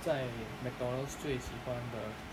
在 McDonald's 最喜欢的